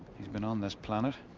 he's been on this planet.